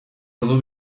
ordu